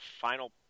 final